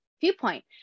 viewpoint